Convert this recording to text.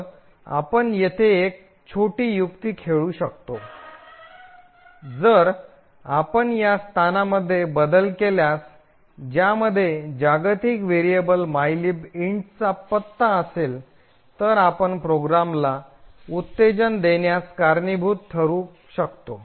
तर आपण येथे एक छोटी युक्ती खेळू शकतो जर आपण या स्थानामध्ये बदल केल्यास ज्यामध्ये जागतिक व्हेरिएबल मायलीब इंटचा mylib int पत्ता असेल तर आपण प्रोग्रामला उत्तेजन देण्यास कारणीभूत ठरू शकतो